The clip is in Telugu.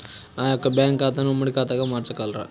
నా యొక్క బ్యాంకు ఖాతాని ఉమ్మడి ఖాతాగా మార్చగలరా?